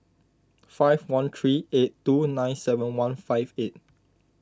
five one three eight two nine seven one five eight